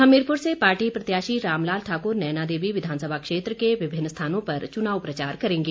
हमीरपुर से पार्टी प्रत्याशी रामलाल ठाकुर नयनादेवी विधानसभा क्षेत्र के विभिन्न स्थानों पर चुनाव प्रचार करेंगे